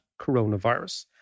coronavirus